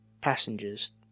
passengers